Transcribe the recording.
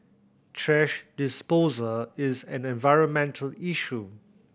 thrash disposal is an environmental issue